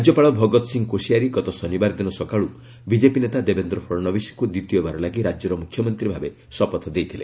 ରାଜ୍ୟପାଳ ଭଗତସିଂହ କୋଶିଆରୀ ଗତ ଶନିବାର ଦିନ ସକାଳ ବିଜେପି ନେତା ଦେବେନ୍ଦ୍ର ଫଡ଼ନବିସ୍କ୍କ ଦ୍ୱିତୀୟ ବାର ଲାଗି ରାଜ୍ୟର ମ୍ରଖ୍ୟମନ୍ତ୍ରୀ ଭାବେ ଶପଥ ଦେଇଥିଲେ